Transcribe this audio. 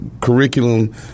curriculum